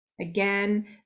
Again